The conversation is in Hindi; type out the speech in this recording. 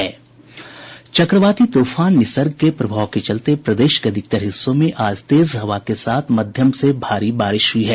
चक्रवाती तूफान निसर्ग के प्रभाव के चलते प्रदेश के अधिकतर हिस्सों में आज तेज हवा के साथ मध्यम से भारी बारिश हुई है